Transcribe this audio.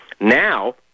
Now